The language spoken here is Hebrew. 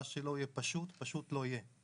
מה שלא יהיה פשוט - פשוט לא יהיה.